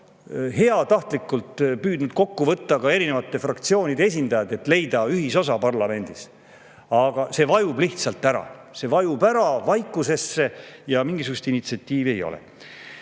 heatahtlikult kokku võtta erinevate fraktsioonide esindajaid, et leida parlamendis ühisosa. Aga see vajub lihtsalt ära. See vajub ära vaikusesse ja mingisugust initsiatiivi ei ole.